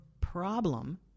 problem